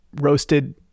roasted